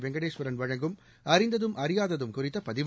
வெங்கடேஸ்வரன் வழங்கும் அறிந்ததும் அறியாததும் குறித்த பதிவு